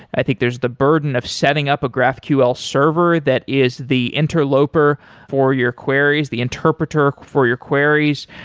i think there's the burden of setting up a graphql server that is the interloper for your queries, the interpreter for your queries.